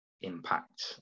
impact